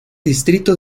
distrito